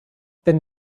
then